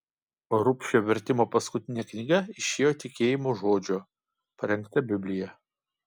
rubšio vertimo paskutinė knyga išėjo tikėjimo žodžio parengta biblija